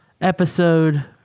episode